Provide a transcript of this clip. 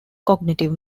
cognitive